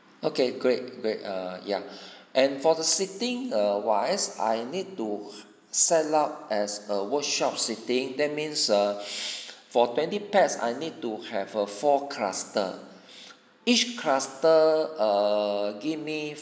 okay great great err ya and for the sitting err wise I need to set out as a workshop sitting that means err for twenty pax [I need to have a four cluster each cluster err give me